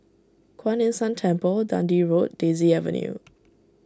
Kuan Yin San Temple Dundee Road Daisy Avenue